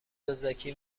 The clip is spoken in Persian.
دزدکی